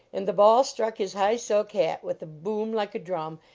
and the ball struck his high silk hat with a boom like a drum,